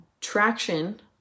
traction